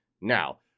now